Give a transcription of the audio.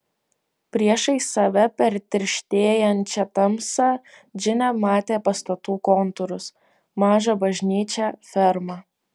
priešais save per tirštėjančią tamsą džinė matė pastatų kontūrus mažą bažnyčią fermą